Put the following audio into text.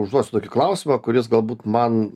užduosiu tokį klausimą kuris galbūt man